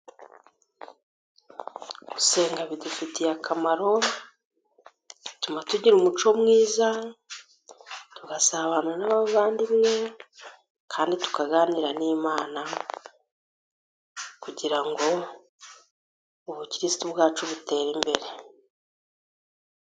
Gusenga bidufitiye akamaro. Bituma tugira umuco mwiza, tugasabana n'abavandimwe, kandi tukaganira n'Imana kugira ngo ubukirisitu bwacu butere imbere.